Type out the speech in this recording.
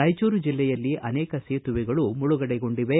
ರಾಯಚೂರು ಜಿಲ್ಲೆಯಲ್ಲಿ ಅನೇಕ ಸೇತುವೆಗಳು ಮುಳುಗಡೆಗೊಂಡಿವೆ